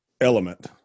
element